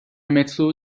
مترو